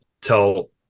tell